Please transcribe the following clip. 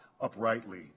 uprightly